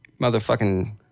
Motherfucking